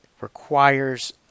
requires